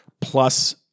plus